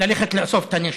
ללכת לאסוף את הנשק.